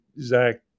Zach